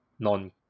Non